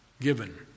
Given